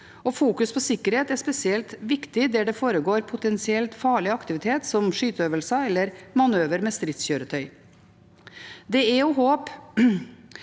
fokusere på sikkerhet der hvor det foregår potensielt farlig aktivitet som skyteøvelser eller manøver med stridskjøretøy. Det er å håpe